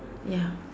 ya